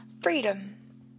freedom